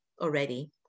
already